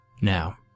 Now